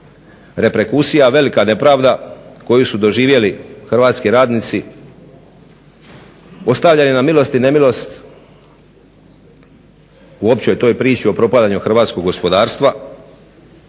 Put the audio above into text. reperkusija velika nepravda koju su doživjeli hrvatski radnici, ostavljaju na milost i nemilost u općoj toj priči o propadanju hrvatskog gospodarstva